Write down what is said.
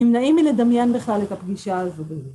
אם נעים לי לדמיין בכלל את הפגישה הזו.